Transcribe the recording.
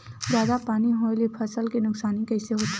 जादा पानी होए ले फसल के नुकसानी कइसे होथे?